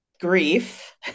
grief